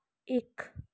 एक